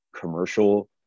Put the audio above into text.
commercial